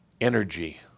energy